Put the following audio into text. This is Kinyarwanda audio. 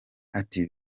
ati